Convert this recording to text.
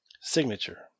signature